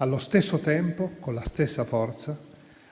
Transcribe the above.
Allo stesso tempo, con la stessa forza,